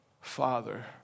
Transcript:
Father